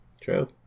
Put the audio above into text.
true